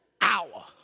hour